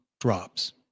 drops